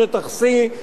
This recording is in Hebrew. שטח C,